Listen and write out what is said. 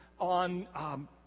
on